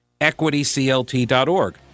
equityclt.org